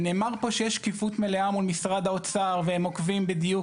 נאמר פה שיש שקיפות מלאה מול משרד האוצר והם עוקבים בדיוק